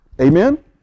amen